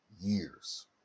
years